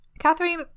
Catherine